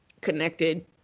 connected